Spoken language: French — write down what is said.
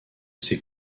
ces